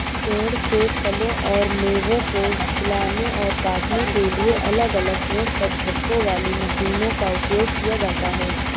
पेड़ से फलों और मेवों को हिलाने और काटने के लिए अलग अलग पेड़ पर झटकों वाली मशीनों का उपयोग किया जाता है